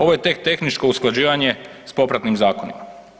Ovo je tek tehničko usklađivanje s popratnim zakonima.